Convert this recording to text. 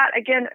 Again